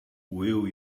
will